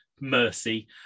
mercy